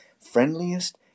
friendliest